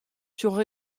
sjoch